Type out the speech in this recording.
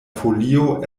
folio